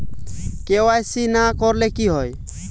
KYC না করলে কি হয়?